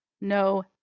no